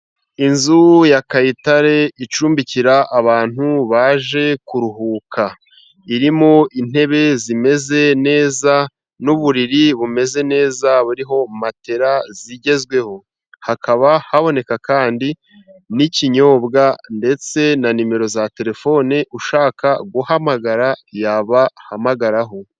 Inzu ya Kayitare icumbikira abantu baje kuruhuka, irimo intebe zimeze neza ,n'uburiri bumeze neza buriho matelas zigezweho . Hakaba haboneka kandi n'kinyobwa ndetse na nimero za telefone ,ushaka guhamagara yabahamagararaho.